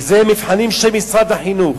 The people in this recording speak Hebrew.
וזה מבחנים של משרד החינוך.